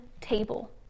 table